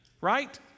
Right